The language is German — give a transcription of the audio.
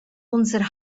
unser